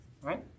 Right